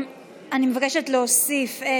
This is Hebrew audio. אני מבקשת להוסיף את,